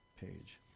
page